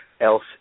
else